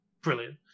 Brilliant